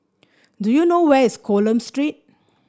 do you know where is Coleman Street